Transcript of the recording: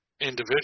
individual